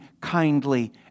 kindly